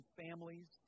families